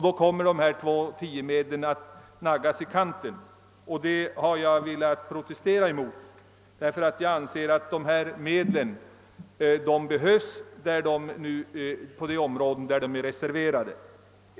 Då kommer de s.k. 2: 10-medlen att naggas i kanten, och det har jag velat protestera emot, ty jag anser att dessa medel behövs till så dant som de ursprungligen är reserverade för.